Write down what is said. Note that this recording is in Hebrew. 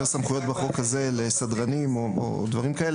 סמכויות בחוק הזה לסדרנים או דברים כאלה,